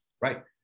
Right